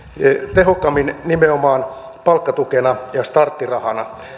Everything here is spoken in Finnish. tehokkaammin nimenomaan palkkatukena ja starttirahana